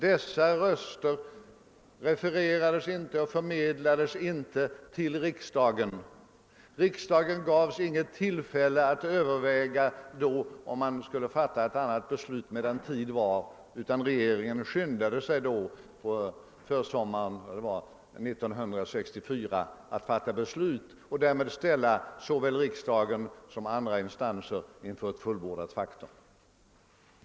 Dessa synpunkter refererades inte och förmedlades inte till riksdagen. Riksdagen gavs inget tillfälle att då överväga, om man skulle fatta ett annat beslut medan tid var, utan regeringen skyndade sig — jag tror det var på försommaren — 1964 att fatta beslut och ställde därmed såväl riksdagen som andra instanser inför fullbordat faktum.